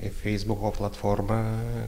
į feisbuko platformą